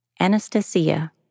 Anastasia